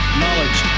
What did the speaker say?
knowledge